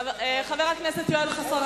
חבר הכנסת יואל חסון.